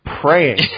praying